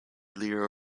leader